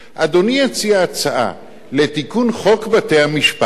אדוני יציע הצעה לתיקון חוק בתי-המשפט